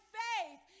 faith